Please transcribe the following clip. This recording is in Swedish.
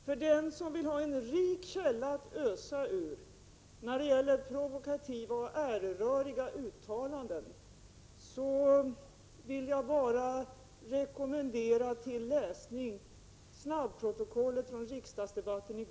Herr talman! För den som vill ha en rik källa att ösa ur när det gäller provokativa och äreröriga uttalanden vill jag rekommendera till läsning snabbprotokollet från riksdagsdebatten i går.